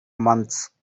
months